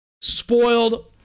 spoiled